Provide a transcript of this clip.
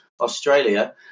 Australia